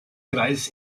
kreis